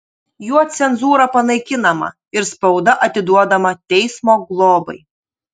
juo cenzūra panaikinama ir spauda atiduodama teismo globai